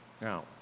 Now